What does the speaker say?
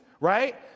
right